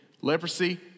Leprosy